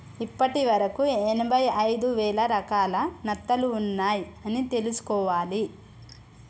ఇప్పటి వరకు ఎనభై ఐదు వేల రకాల నత్తలు ఉన్నాయ్ అని తెలుసుకోవాలి